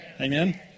Amen